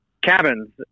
cabins